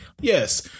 yes